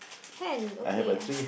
hand okay